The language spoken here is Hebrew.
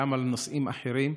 גם על נושאים אחרים,